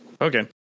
Okay